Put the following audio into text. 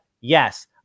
Yes